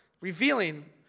revealing